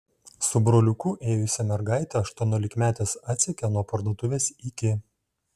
su broliuku ėjusią mergaitę aštuoniolikmetės atsekė nuo parduotuvės iki